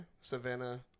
Savannah